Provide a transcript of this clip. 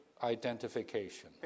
identification